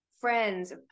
friends